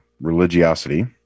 religiosity